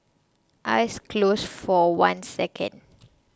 eyes closed for one second